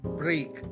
break